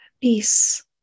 peace